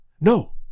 No